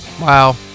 Wow